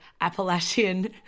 Appalachian